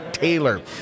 Taylor